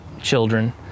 children